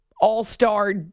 All-Star